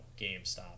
GameStop